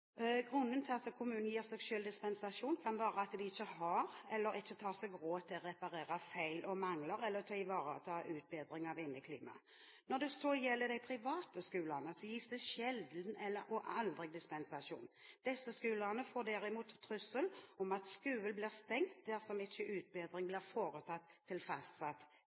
Grunnen til at kommunene gir seg selv dispensasjon, kan være at de ikke har eller tar seg råd til å reparere feil og mangler eller til å ivareta utbedring av inneklima. Når det gjelder de private skolene, gis det sjelden og aldri dispensasjon. Disse skolene får derimot trussel om at skolen blir stengt dersom ikke utbedring blir foretatt til